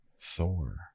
Thor